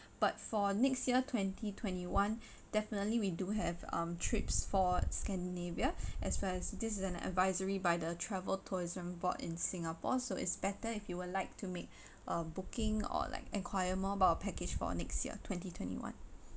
but for next year twenty twenty one definitely we do have um trips for scandinavia as well as this is an advisory by the travel tourism board in singapore so it's better if you would like to make a booking or like inquire about our package for next year twenty twenty one